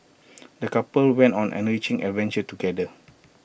the couple went on an enriching adventure together